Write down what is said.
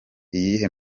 iyihe